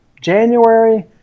January